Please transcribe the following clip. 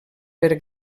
per